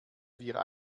wir